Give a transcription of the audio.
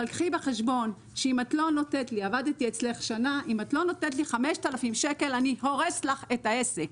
אבל קחי בחשבון שאם את לא נותנת לי 5,000 שקל אני הורס לך את העסק.